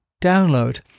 download